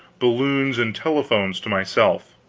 balloons, and telephones, to myself.